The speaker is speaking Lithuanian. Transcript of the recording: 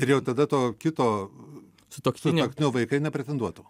ir jau tada to kito sutuoktinio nu vaikai nepretenduotų